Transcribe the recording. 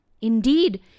Indeed